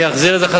אני אחזיר את זה,